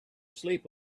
sleep